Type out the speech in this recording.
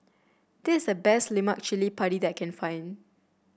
this is the best Lemak Cili Padi that I can find